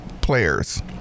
players